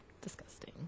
Disgusting